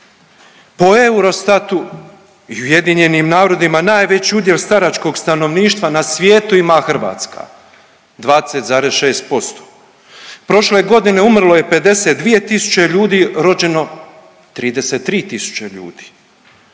Po Eurostatu i Ujedinjenim narodima najveći udjel staračkog stanovništva na svijetu ima Hrvatska, 20,6%. Prošle godine umrlo je 52 tisuće ljudi, rođeno 33 tisuće ljudi.